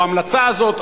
או ההמלצה הזאת,